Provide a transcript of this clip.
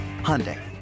Hyundai